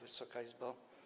Wysoka Izbo!